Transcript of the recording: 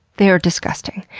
they are disgusting.